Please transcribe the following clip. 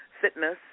fitness